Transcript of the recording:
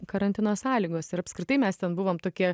karantino sąlygos ir apskritai mes ten buvom tokie